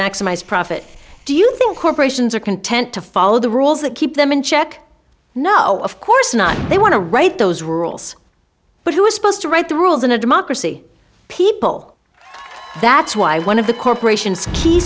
maximize profit do you think corporations are content to follow the rules that keep them in check no of course not they want to write those rules but who is supposed to write the rules in a democracy people that's why one of the corporation